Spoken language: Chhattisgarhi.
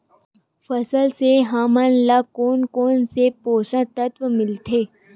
फसल से हमन ला कोन कोन से पोषक तत्व मिलथे?